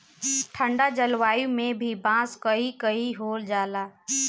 ठंडा जलवायु में भी बांस कही कही हो जाला